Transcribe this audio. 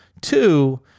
Two